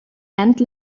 and